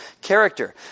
character